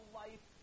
life